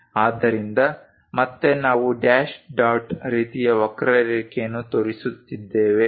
ಆದ್ದರಿಂದ ಮತ್ತೆ ನಾವು ಡ್ಯಾಶ್ ಡಾಟ್ ರೀತಿಯ ವಕ್ರರೇಖೆಯನ್ನು ತೋರಿಸಿದ್ದೇವೆ